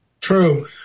True